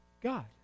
God